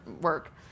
work